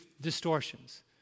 distortions